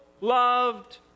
loved